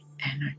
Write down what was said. energy